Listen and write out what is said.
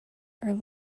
are